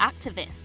activists